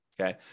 okay